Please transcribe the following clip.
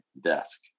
desk